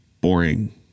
boring